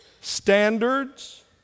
standards